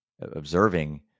Observing